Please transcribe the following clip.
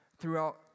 throughout